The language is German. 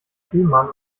fehmarn